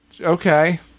Okay